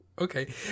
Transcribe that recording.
Okay